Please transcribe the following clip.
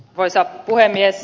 arvoisa puhemies